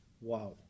Wow